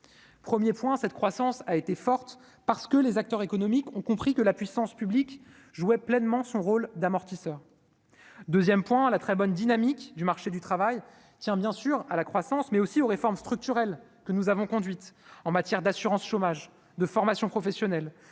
1er point, cette croissance a été forte, parce que les acteurs économiques ont compris que la puissance publique jouer pleinement son rôle d'amortisseur 2ème point à la très bonne dynamique du marché du travail tient bien sûr à la croissance mais aussi aux réformes structurelles que nous avons conduite en matière d'assurance chômage, de formation professionnelle